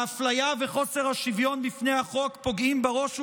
האפליה וחוסר השוויון בפני החוק פוגעים בראש ובראשונה,